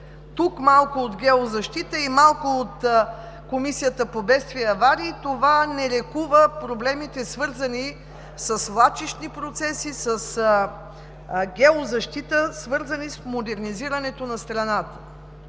– малко от геозащита и малко от Комисията по бедствия и аварии, не лекуват проблемите, свързани със свлачищните процеси, с геозащитата и с модернизирането на страната.